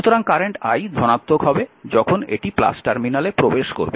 সুতরাং current i ধনাত্মক হবে যখন এটি টার্মিনালে প্রবেশ করবে